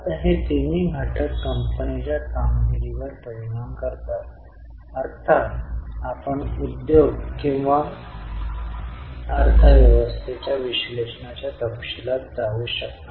आता पी आणि L P आणि एल आयटम जसे की विक्री किंवा सेवांमधून मिळणारा महसूल कॅश फ्लो मध्ये दर्शविला जाऊ नये